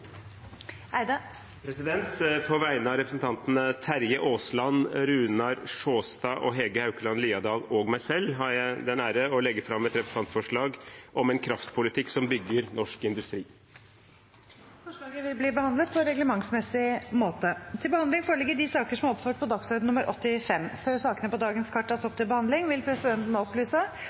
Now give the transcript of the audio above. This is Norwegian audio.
Eide vil fremsette et representantforslag. På vegne av representantene Terje Aasland, Runar Sjåstad, Hege Haukeland Liadal og meg selv har jeg den ære å legge fram et representantforslag om en kraftpolitikk som bygger norsk industri. Forslaget vil bli behandlet på reglementsmessig måte. Før sakene på dagens kart tas opp til behandling, vil presidenten opplyse